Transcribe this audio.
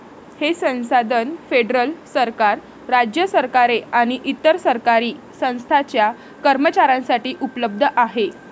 हे संसाधन फेडरल सरकार, राज्य सरकारे आणि इतर सरकारी संस्थांच्या कर्मचाऱ्यांसाठी उपलब्ध आहे